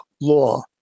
law